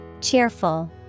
Cheerful